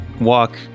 walk